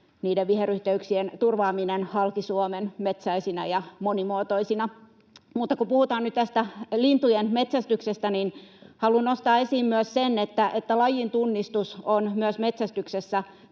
niiden viheryhteyksien turvaaminen halki Suomen metsäisinä ja monimuotoisina. Mutta kun puhutaan nyt tästä lintujen metsästyksestä, niin haluan nostaa esiin myös sen, että lajintunnistus on myös metsästyksessä